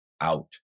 out